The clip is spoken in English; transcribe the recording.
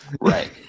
Right